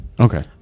Okay